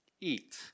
eat